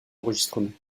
enregistrements